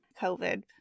covid